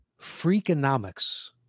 freakonomics